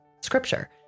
scripture